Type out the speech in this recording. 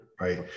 right